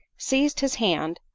seized his hand,